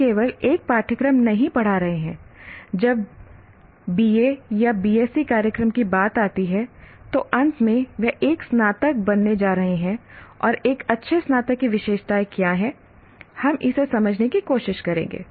हम केवल 1 पाठ्यक्रम नहीं पढ़ा रहे हैं जब BA या BSc कार्यक्रम की बात आती है तो अंत में वह एक स्नातक बनने जा रहा है और एक अच्छे स्नातक की विशेषताएं क्या हैं हम इसे समझने की कोशिश करेंगे